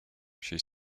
she